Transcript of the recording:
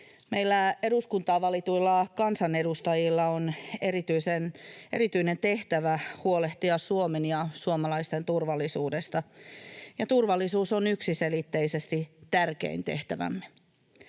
Meillä eduskuntaan valituilla kansanedustajilla on erityinen tehtävä huolehtia Suomen ja suomalaisten turvallisuudesta, ja turvallisuus on yksiselitteisesti tärkein tehtävämme.